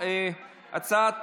ההצעה הזאת